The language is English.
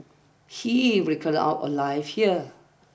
he wretched our lives here